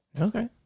Okay